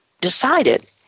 decided